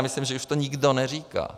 A myslím, že už to nikdo neříká.